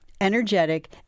energetic